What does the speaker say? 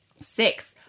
six